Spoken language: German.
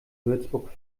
würzburg